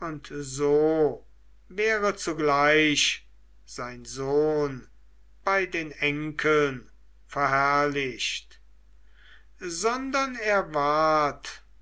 und so wäre zugleich sein sohn bei den enkeln verherrlicht sondern er ward